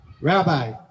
Rabbi